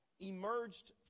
emerged